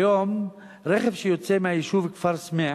כיום, רכב שיוצא מהיישוב כפר-סמיע